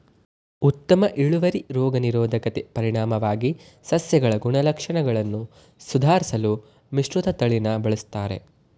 ಉತ್ತಮ ಇಳುವರಿ ರೋಗ ನಿರೋಧಕತೆ ಪರಿಣಾಮವಾಗಿ ಸಸ್ಯಗಳ ಗುಣಲಕ್ಷಣಗಳನ್ನು ಸುಧಾರ್ಸಲು ಮಿಶ್ರತಳಿನ ಬಳುಸ್ತರೆ